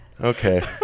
Okay